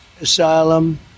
asylum